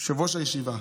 יושב-ראש הישיבה,